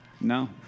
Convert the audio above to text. no